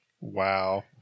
Wow